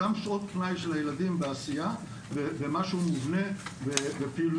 אותם שעות פנאי של הילדים בעשייה ומשהו מובנה ופעילויות,